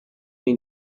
mean